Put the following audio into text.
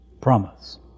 promise